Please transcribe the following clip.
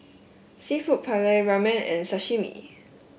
seafood Paella Ramen and Sashimi